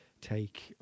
take